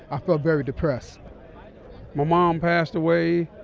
i felt very depressed my mom passed away.